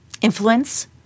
influence